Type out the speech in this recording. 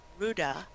Ruda